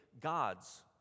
gods